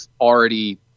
already –